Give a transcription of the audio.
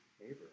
neighbor